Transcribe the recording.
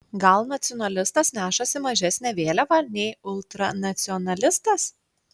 gal nacionalistas nešasi mažesnę vėliavą nei ultranacionalistas